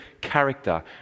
character